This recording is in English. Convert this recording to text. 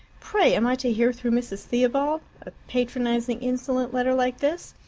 pray, am i to hear through mrs. theobald a patronizing, insolent letter like this?